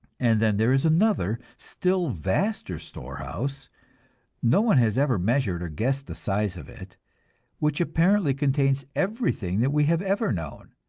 and then there is another, still vaster storehouse no one has ever measured or guessed the size of it which apparently contains everything that we have ever known,